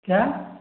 क्या